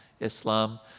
Islam